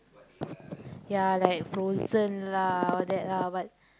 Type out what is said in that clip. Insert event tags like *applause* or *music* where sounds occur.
*noise* ya like Frozen lah all that lah but